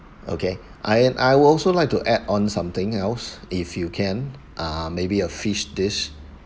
okay I and I will also like to add on something else if you can uh maybe a fish dish